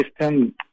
system